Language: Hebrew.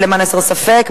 ולמען הסר ספק,